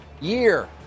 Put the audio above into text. year